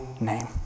name